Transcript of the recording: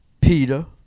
peter